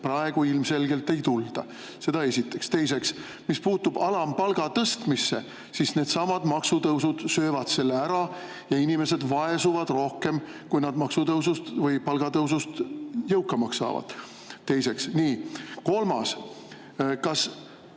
Praegu ilmselgelt ei tulda. Seda esiteks. Teiseks, mis puutub alampalga tõstmisse, siis maksutõusud söövad selle ära ja inimesed vaesuvad rohkem, kui nad maksutõusust või palgatõusust jõukamaks saavad. Nii, kolmas. Kas